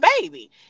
baby